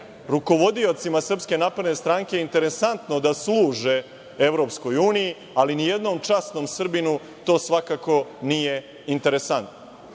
rukovodiocima Srpske napredne stranke interesantno da služe EU, ali nijednom časnom Srbinu to svakako nije interesantno.